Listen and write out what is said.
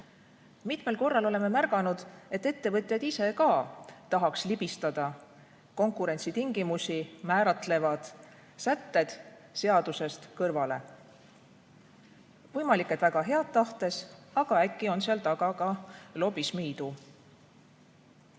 Mitmel korral oleme märganud, et ka ettevõtjad ise tahaks libistada konkurentsitingimusi määratlevad sätted seadusest kõrvale. Võimalik, et väga head tahtes, aga äkki on seal taga ka lobismi idu.